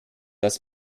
dass